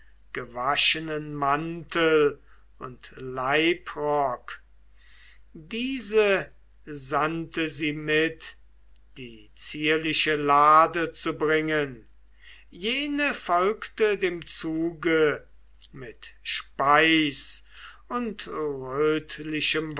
schöngewaschenen mantel und leibrock diese sandte sie mit die zierliche lade zu bringen jene folgte dem zuge mit speis und